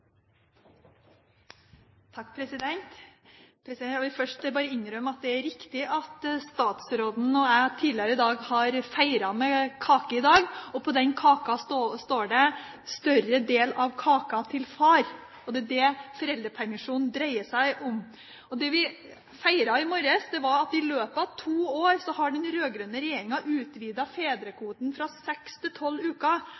riktig at statsråden og jeg tidligere i dag har feiret med kake. På den kaken sto det: Større del av kaka til far. Det er det foreldrepermisjon dreier seg om. Det vi feiret i morges, var at i løpet av to år har den rød-grønne regjeringa utvidet fedrekvoten fra seks til tolv uker.